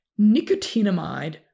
nicotinamide